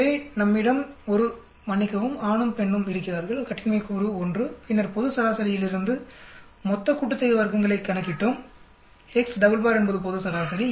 எனவே நம்மிடம் ஒரு மன்னிக்கவும் ஆணும் பெண்ணும் இருக்கிறார்கள் கட்டின்மை கூறு 1 பின்னர் பொது சராசரியிலிருந்து வர்க்கங்களின் மொத்த கூட்டுத்தொகையை கணக்கிட்டோம் X டபுள் பார் என்பது பொது சராசரி